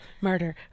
murder